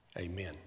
Amen